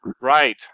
Right